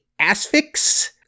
asphyx